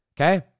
okay